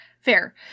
fair